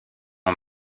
ont